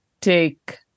take